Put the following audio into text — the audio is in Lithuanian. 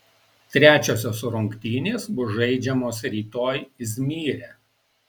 trečiosios rungtynės bus žaidžiamos rytoj izmyre